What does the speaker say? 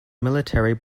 military